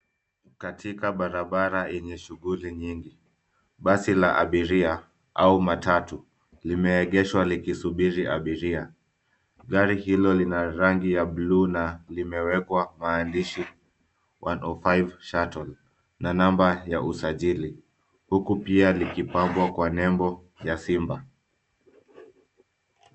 Katika barabara yenye shughuli nyingi basi la abiria au matatu limeegeshwa likisubiri abiria. Gari hili lina rangi lina rangi ya bluu na maandishi 105 Shuttle na namba ya usajili huku pia likipambwa na nebo ya simba.